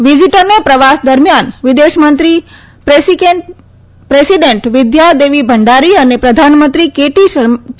વિઝીટરને પ્રવાસ દરમિયાન વિદેશમંત્રી પ્રેસિકેન્ટ બિદ્યા દેવીભંડારી અને પ્રધાનમંત્રી કે